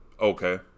Okay